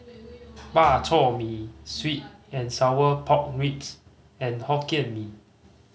Bak Chor Mee sweet and sour pork ribs and Hokkien Mee